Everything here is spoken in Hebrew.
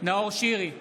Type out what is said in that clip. נאור שירי,